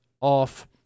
off